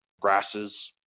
grasses